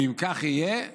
ואם כך יהיה,